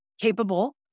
capable